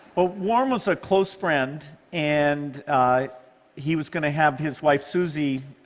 ah warren was a close friend, and he was going to have his wife suzie